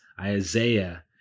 Isaiah